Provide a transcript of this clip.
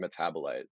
metabolite